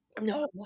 No